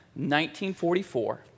1944